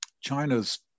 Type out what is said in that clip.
China's